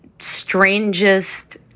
strangest